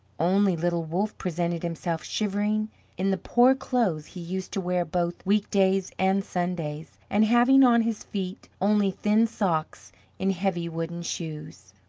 only little wolff presented himself shivering in the poor clothes he used to wear both weekdays and sundays and having on his feet only thin socks in heavy wooden shoes.